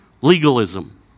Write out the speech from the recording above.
Legalism